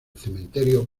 cementerio